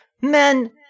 men